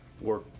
work